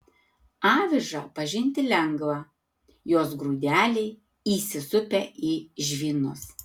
avižą pažinti lengva jos grūdeliai įsisupę į žvynus